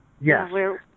Yes